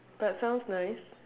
but sounds nice